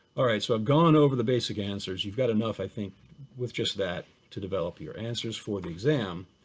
alright, so i've gone over the basic answers, you've got enough i think with just that, to develop your answers for the exam